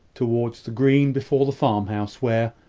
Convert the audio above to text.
towards the green before the farmhouse, where,